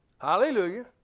Hallelujah